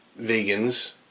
vegans